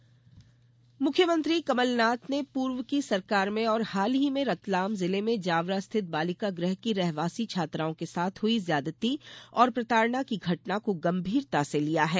कमलनाथ मुख्यमंत्री कमल नाथ ने पूर्व की सरकार में और हाल ही में रतलाम जिले में जावरा स्थित बालिका गृह की रहवासी छात्राओं के साथ हुई ज्यादती और प्रताड़ना की घटना को गंभीरता से लिया है